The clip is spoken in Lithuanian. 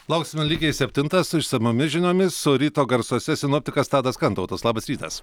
lauksime lygiai septintą su išsamiomis žiniomis o ryto garsuose sinoptikas tadas kantautas labas rytas